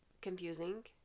confusing